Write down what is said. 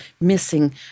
missing